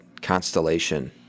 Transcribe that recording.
Constellation